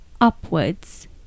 upwards